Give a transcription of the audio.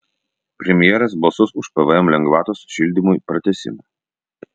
premjeras balsuos už pvm lengvatos šildymui pratęsimą